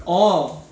orh